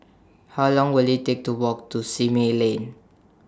How Long Will IT Take to Walk to Simei Lane